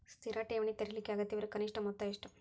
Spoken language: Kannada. ಸ್ಥಿರ ಠೇವಣಿ ತೆರೇಲಿಕ್ಕೆ ಅಗತ್ಯವಿರೋ ಕನಿಷ್ಠ ಮೊತ್ತ ಎಷ್ಟು?